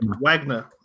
Wagner